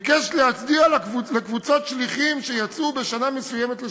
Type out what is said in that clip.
ביקש להצדיע לקבוצות שליחים שיצאו בשנה מסוימת לשליחות.